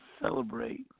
celebrate